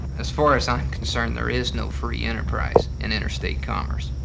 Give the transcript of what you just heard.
as far as i'm concerned, there is no free enterprise in interstate commerce.